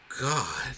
God